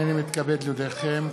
הנני מתכבד להודיעכם,